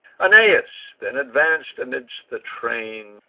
aeneas then advanc'd amidst the train,